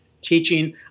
teaching